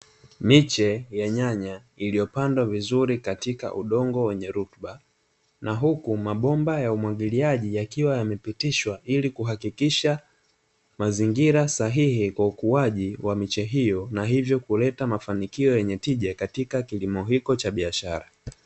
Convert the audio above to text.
Miche ya nyanya, iliyopandwa vizuri katika udongo wenye rutuba na huku mabomba ya umwagiliaji yakiwa yamepitishwa ili kuhakikisha mazingira sahihi kwa ukuaji wa miche hiyo, na hivyo kuleta mafanikio yenye tija katika kilimo hicho cha biashara.